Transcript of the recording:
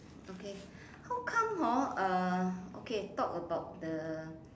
okay how come hor uh okay talk about the